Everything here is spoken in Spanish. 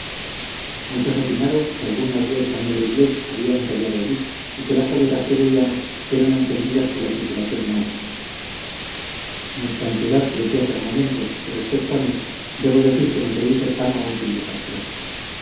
muchos opinaron que algún navío español o inglés había encallado allí y que las hogueras que veíamos eran encendidas por la tripulación náufraga nuestra ansiedad crecía por momentos y respecto a mí debo decir que me creí cercano a un fin desastroso